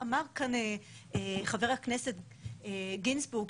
אמר כאן חבר הכנסת גינזבורג,